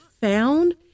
found